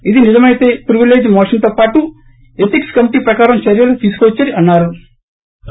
ఇది నిజమైతే ప్రవిలేజ్ మోషన్తో పాటు ఎధిక్స్ కమిటీ ప్రకారం చర్యలు తీసుకోవచ్చన్నారు